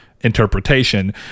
interpretation